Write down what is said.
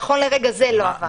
נכון לרגע זה, לא עבר.